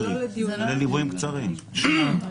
אני חוזר רגע לשאלה החשובה שנשאלה,